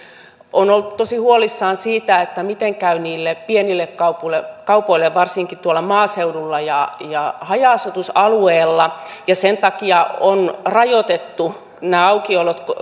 on oltu tosi huolissaan siitä miten käy pienille kaupoille kaupoille varsinkin tuolla maaseudulla ja ja haja asutusalueella ja sen takia on rajoitettu nämä